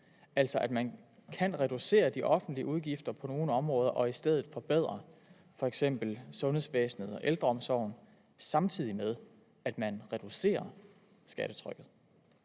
altså at man kan reducere de offentlige udgifter på nogle områder og i stedet forbedre f.eks. sundhedsvæsenet og ældreomsorgen, samtidig med at man reducerer skattetrykket?